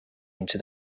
into